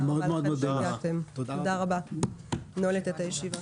אני נועלת את הישיבה.